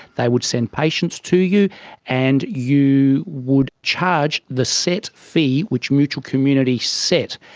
they would send patients to you and you would charge the set fee which mutual community set,